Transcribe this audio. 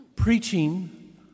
Preaching